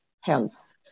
health